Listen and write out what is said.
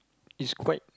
is quite